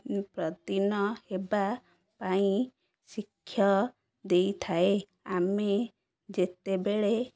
ପ୍ରଦିନ ହେବା ପାଇଁ ଶିକ୍ଷା ଦେଇଥାଏ ଆମେ ଯେତେବେଳେ